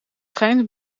schijnt